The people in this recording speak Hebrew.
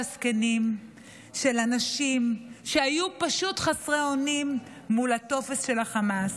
הזקנים וכל הנשים שהיו פשוט חסרי אונים מול התופת של חמאס.